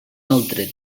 altre